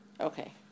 Okay